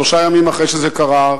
שלושה ימים אחרי שזה קרה,